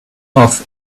off